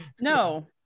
no